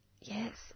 Yes